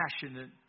passionate